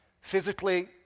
Physically